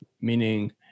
meaning